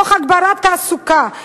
תוך הגברת תעסוקה,